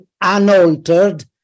unaltered